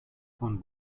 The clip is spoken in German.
von